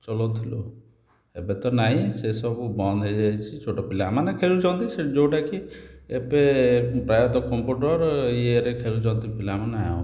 ଚଲଉଥିଲୁ ଏବେ ତ ନାହିଁ ସେସବୁ ବନ୍ଦ ହେଇଯାଇଛି ଛୋଟ ପିଲାମାନେ ଖେଳୁଛନ୍ତି ସେ ଯେଉଁଟା କି ଏବେ ପ୍ରାୟତଃ କମ୍ପୁଟର ଇଏରେ ଖେଳୁଛନ୍ତି ପିଲାମାନେ ଆଉ